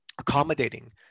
accommodating